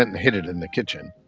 and hid it in the kitchen.